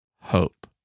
hope